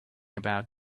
about